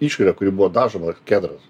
išorė kuri buvo dažoma kedras